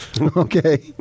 Okay